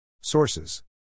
Sources